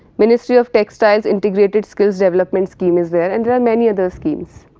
ministry of textiles, integrated skills development scheme is there and there are many other schemes,